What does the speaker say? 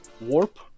Warp